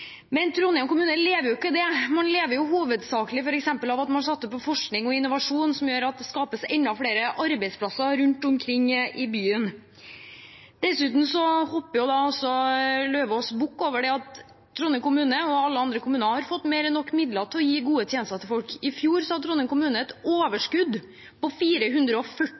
Men Trondheim kommune lever jo ikke av det. Man lever hovedsakelig av at man f.eks. satser på forskning og innovasjon, som gjør at det skapes enda flere arbeidsplasser rundt omkring i byen. Dessuten hopper Lauvås bukk over at Trondheim kommune og alle andre kommuner har fått mer enn nok midler til å gi gode tjenester til folk. I fjor hadde Trondheim kommune et overskudd på 440